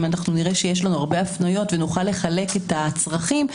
אם נראה שיש לנו הרבה הפניות ונוכל לחלק את הצרכים,